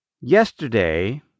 Yesterday